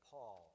Paul